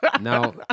Now